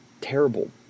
terrible